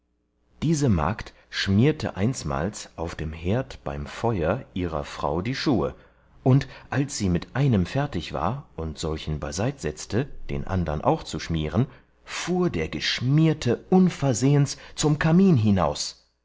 diese magd schmierte einsmals auf dem herd beim feuer ihrer frau die schuhe und als sie mit einem fertig war und solchen beiseit setzte den andern auch zu schmieren fuhr der geschmierte unversehens zum kamin hinaus